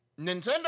Nintendo